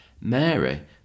Mary